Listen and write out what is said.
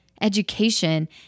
education